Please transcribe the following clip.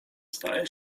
zdaje